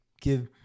give